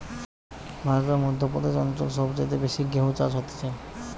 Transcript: ভারতের মধ্য প্রদেশ অঞ্চল সব চাইতে বেশি গেহু চাষ হতিছে